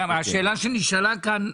השאלה שנשאלה כאן,